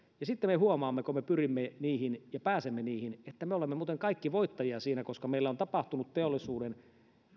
ja sitten me huomaamme kun me pyrimme niihin ja pääsemme niihin että me olemme muuten kaikki voittajia siinä koska meillä on tapahtunut teollisuuden